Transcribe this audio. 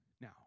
Now